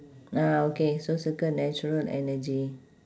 ah okay so circle natural energy